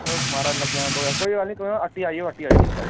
म्हाराज दौ ज्हार लग्गी जाना तुसें कोई गल्ल निं तुस हट्टी आइयै दिक्खी लैयो